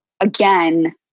Again